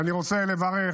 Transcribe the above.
ואני רוצה לברך